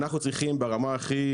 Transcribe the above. אנחנו צריכים ברמה הכי,